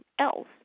else